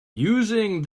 using